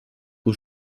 aux